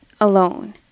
alone